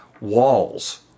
walls